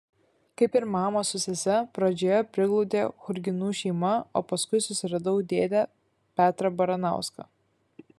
kaip ir mamą su sese pradžioje priglaudė churginų šeima o paskui susiradau dėdę petrą baranauską